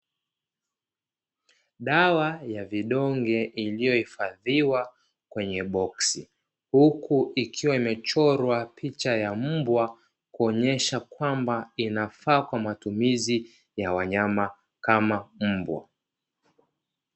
Dawa ya vidonge iliyohifadhiwa kwenye boksi, huku ikiwa imechorwa picha ya mbwa kuonyesha kwamba inafaa kwa matumizi ya manyama kama mbwa.